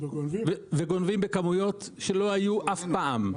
וגונבים בכמויות שלא היו אף פעם,